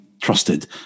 trusted